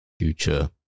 future